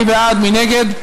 מי בעד, מי נגד?